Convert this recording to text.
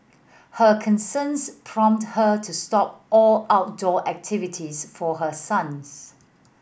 her concerns prompted her to stop all outdoor activities for her sons